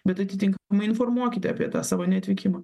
bet atitinkamai informuokite apie tą savo neatvykimą